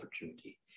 opportunity